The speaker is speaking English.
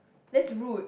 that's rude